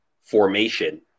formation